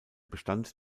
bestand